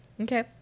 Okay